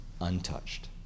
untouched